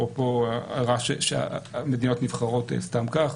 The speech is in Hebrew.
אפרופו ההערה שמדינות נבחרות סתם כך.